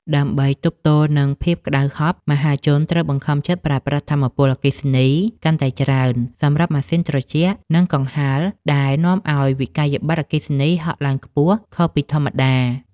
ដើម្បីទប់ទល់នឹងភាពក្តៅហប់ មហាជនត្រូវបង្ខំចិត្តប្រើប្រាស់ថាមពលអគ្គិសនីកាន់តែច្រើនសម្រាប់ម៉ាស៊ីនត្រជាក់ និងកង្ហារ ដែលនាំឱ្យវិក្កយបត្រអគ្គិសនីហក់ឡើងខ្ពស់ខុសពីធម្មតា។